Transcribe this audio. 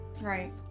Right